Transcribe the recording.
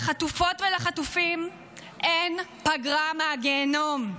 לחטופות ולחטופים אין פגרה מהגיהינום,